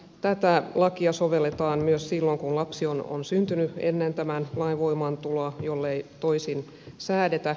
tätä lakia sovelletaan myös silloin kun lapsi on syntynyt ennen tämän lain voimaantuloa jollei toisin säädetä